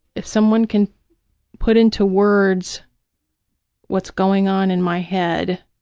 if someone can put into words what's going on in my head,